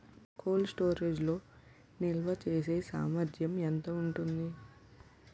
Cold storage లో నిల్వచేసేసామర్థ్యం ఎంత ఉంటుంది?